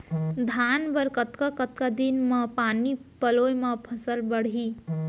धान बर कतका कतका दिन म पानी पलोय म फसल बाड़ही?